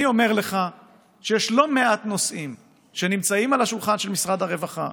אני אומר לך שיש לא מעט נושאים שנמצאים על השולחן של משרד הרווחה,